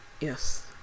yes